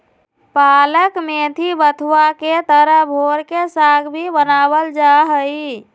पालक मेथी बथुआ के तरह भोर के साग भी बनावल जाहई